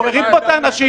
גוררים פה את האנשים,